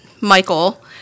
Michael